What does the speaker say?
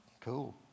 cool